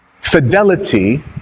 fidelity